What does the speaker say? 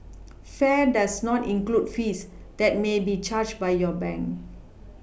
fare does not include fees that may be charged by your bank